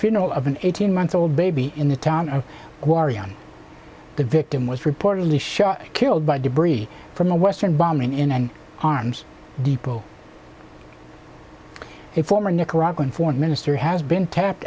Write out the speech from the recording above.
funeral of an eighteen month old baby in the town of warri on the victim was reportedly shot and killed by debris from the western bombing in an arms depot a former nicaraguan foreign minister has been tapped